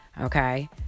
Okay